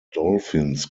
dolphins